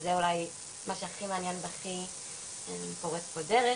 שזה אולי מה שהכי מעניין והכי פורץ פה דרך